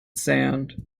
sand